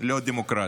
לא דמוקרטי: